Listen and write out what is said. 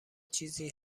چیزی